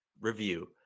review